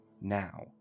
now